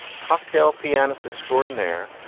cocktail pianist extraordinaire,